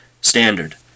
standard